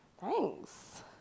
Thanks